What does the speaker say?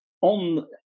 on